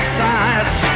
sides